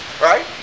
Right